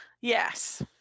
Yes